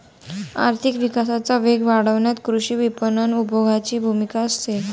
आर्थिक विकासाचा वेग वाढवण्यात कृषी विपणन उपभोगाची भूमिका असते